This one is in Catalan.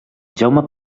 jaume